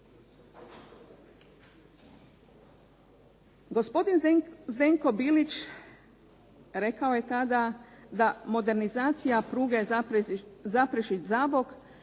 Gospodin Zdenko Bilić rekao je tada da modernizacija pruge Zaprešić-Zabok